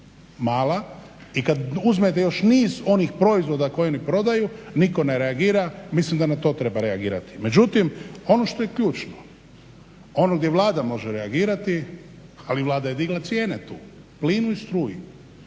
mala i kad uzmete još niz onih proizvoda koje oni prodaju nitko ne reagira, mislim da na to treba reagirati. Međutim, ono što je ključno, ono gdje Vlada može reagirati, ali Vlada je digla cijene tu plinu i struji,